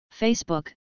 Facebook